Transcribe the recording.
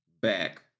back